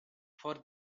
for